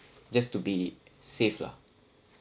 just to be safe lah